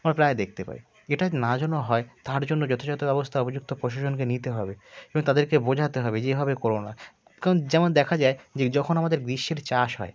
আমরা প্রায় দেখতে পাই এটা না যেন হয় তার জন্য যথাযথ ব্যবস্থা উপযুক্ত প্রশাসনকে নিতে হবে এবং তাদেরকে বোঝাতে হবে যে এভাবে কোরো না কারণ যেমন দেখা যায় যে যখন আমাদের গ্রীষ্মের চাষ হয়